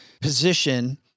position